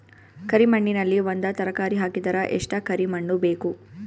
ಕರಿ ಮಣ್ಣಿನಲ್ಲಿ ಒಂದ ತರಕಾರಿ ಹಾಕಿದರ ಎಷ್ಟ ಕರಿ ಮಣ್ಣು ಬೇಕು?